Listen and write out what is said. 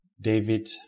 David